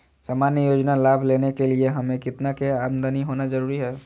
सामान्य योजना लाभ लेने के लिए हमें कितना के आमदनी होना जरूरी है?